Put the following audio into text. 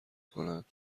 کنند